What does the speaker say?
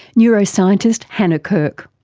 neuroscientist hannah kirk.